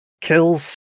kills